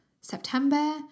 September